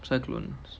cyclones